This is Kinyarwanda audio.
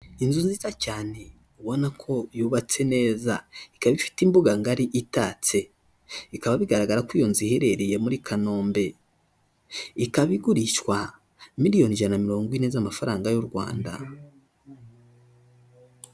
Inzu nziza cyane, ubona ko yubatse neza, ikaba ifite imbuga ngari itatse, ikaba bigaragara ko iyo nzu iherereye muri Kanombe, ikaba igurishwa miliyoni ijana na mirongo ine z'amafaranga y'u Rwanda.